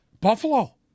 Buffalo